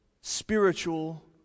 spiritual